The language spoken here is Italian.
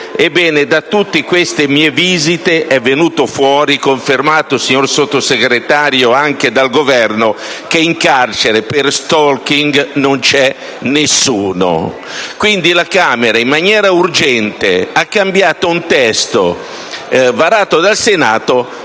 Ebbene, da tutte le mie visite è venuto fuori, confermato, signor Sottosegretario, anche dal Governo, che in carcere per *stalking* non c'è nessuno. Quindi, la Camera, in maniera urgente, ha cambiato un testo varato dal Senato